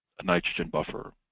a nitrogen buffer.